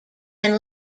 can